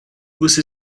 você